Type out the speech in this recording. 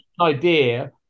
idea